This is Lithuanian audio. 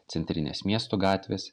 centrinės miestų gatvės